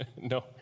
No